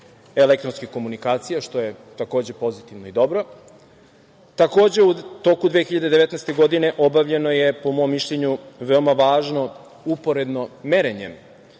elektronske komunikacije, što je takođe pozitivno i dobro. Takođe u toku 2019. godine obavljeno je po mom mišljenju veoma važno uporedno merenje